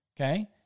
okay